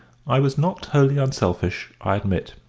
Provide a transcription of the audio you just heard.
i was not wholly unselfish, i admit,